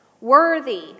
worthy